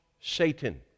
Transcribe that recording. Satan